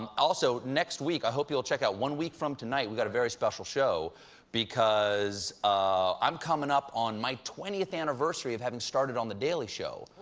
um also, next week, i hope you'll check out one week from tonight we have a very special show because ah i'm coming up on my twentieth anniversary of having started on the daily show.